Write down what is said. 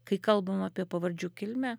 kai kalbama apie pavardžių kilmę